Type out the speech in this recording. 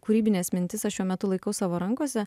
kūrybines mintis aš šiuo metu laikau savo rankose